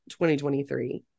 2023